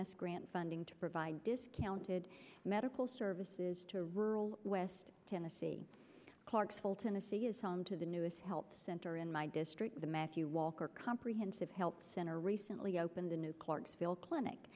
s grant funding to provide discounted medical services to rural west tennessee clarksville tennessee is home to the newest help center in my district the matthew walker comprehensive health center recently opened a new clarksville clinic